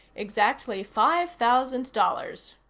exactly five thousand dollars.